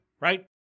right